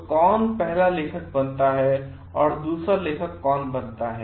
तो कौन पहला लेखक बनता है और दूसरा लेखक कौन बनता है